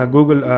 Google